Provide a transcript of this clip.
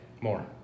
More